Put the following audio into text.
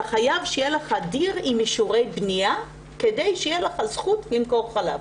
אתה חייב שיהיה לך דיר עם אישורי בנייה כדי שתהיה לך זכות למכור חלב.